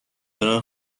دارن